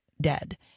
dead